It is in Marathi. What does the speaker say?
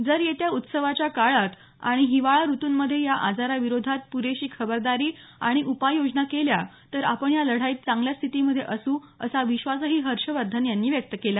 जर येत्या उत्सवाच्या काळात आणि हिवाळा ऋतूमधे या आजाराविरोधात प्रेशी खबरदारी आणि उपाययोजना केल्या तर आपण या लढाईत चांगल्या स्थितीमधे असू असा विश्वासही हर्षवर्धन यांनी व्यक्त केला